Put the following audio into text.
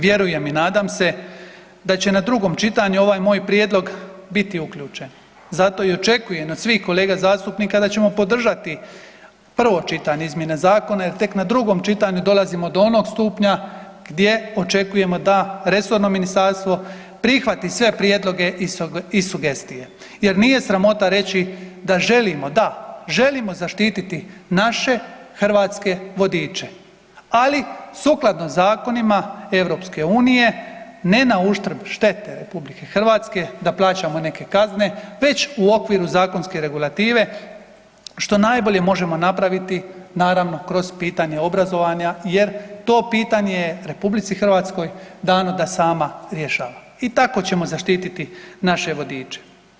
Vjerujem i nadam se da će na drugom čitanju ovaj moj prijedlog biti uključen, zato i očekujem od svih kolega zastupnika da ćemo podržati prvo čitanje izmjene zakona jer tek na drugom čitanju dolazimo do onog stupnja gdje očekujemo da resorno ministarstvo prihvati sve prijedloge i sugestije jer nije sramota reći da želimo, da želimo zaštititi naše hrvatske vodiče, ali sukladno zakonima EU ne na uštrb štete RH da plaćamo neke kazne već u okviru zakonske regulative što najbolje možemo napraviti naravno kroz pitanje obrazovanja jer to pitanje je RH dano da sama rješava i tako ćemo zaštititi naše vodiče.